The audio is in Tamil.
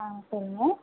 ஆ சரிங்க